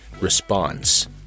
Response